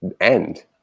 end